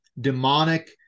demonic